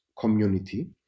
community